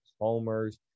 homers